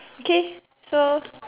okay so